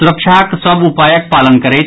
सुरक्षाक सभ उपायक पालन करैथ